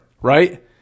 right